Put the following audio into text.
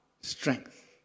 strength